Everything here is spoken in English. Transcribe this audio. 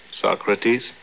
Socrates